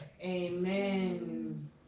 Amen